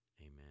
Amen